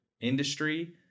industry